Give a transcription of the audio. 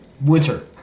winter